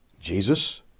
Jesus